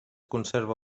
conserva